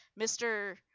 Mr